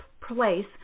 place